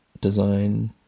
design